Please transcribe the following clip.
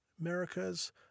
America's